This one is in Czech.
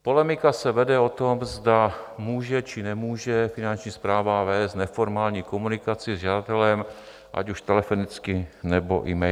Polemika se vede o tom, zda může, či nemůže Finanční správa vést neformální komunikaci s žadatelem, ať už telefonicky, nebo emailem.